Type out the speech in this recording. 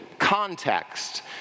context